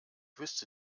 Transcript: wüsste